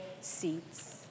seats